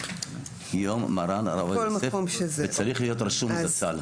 יום מרן הרב עובדיה יוסף וצריך להיות רשום זצ"ל.